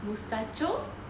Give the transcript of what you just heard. muchachos